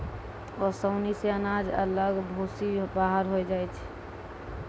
ओसानी से अनाज अलग भूसी बाहर होय जाय छै